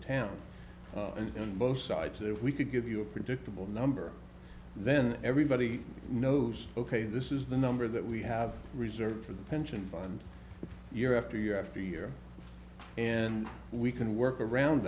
and both sides if we could give you a predictable number then everybody knows ok this is the number that we have reserved for the pension fund year after year after year and we can work around